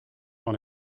dans